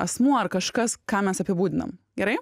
asmuo ar kažkas ką mes apibūdinam gerai